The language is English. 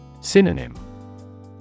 Synonym